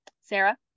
Sarah